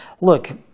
Look